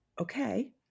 Okay